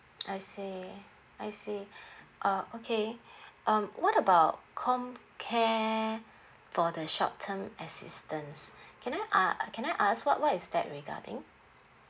I see I see uh okay um what about comcare for the short term assistance can I a~ can I ask what what is that regarding